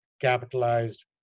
capitalized